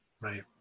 Right